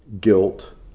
guilt